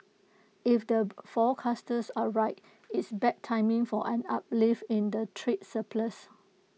if the forecasters are right it's bad timing for an uplift in the trade surplus